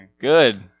Good